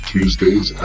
Tuesdays